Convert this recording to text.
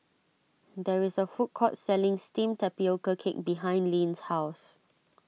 there is a food court selling Steamed Tapioca Cake behind Lyn's house